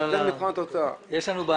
אין הכפלה.